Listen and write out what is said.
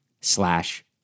slash